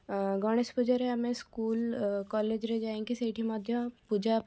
ଅଁ ଗଣେଶ ପୂଜାରେ ଆମେ ସ୍କୁଲ କଲେଜରେ ଯାଇଁକି ସେଇଠି ମଧ୍ୟ ପୂଜା